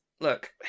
look